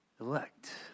elect